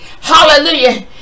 hallelujah